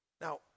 Now